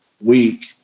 week